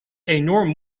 enorm